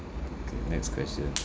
okay next question